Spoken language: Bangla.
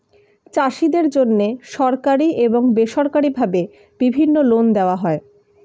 চাষীদের জন্যে সরকারি এবং বেসরকারি ভাবে বিভিন্ন লোন দেওয়া হয়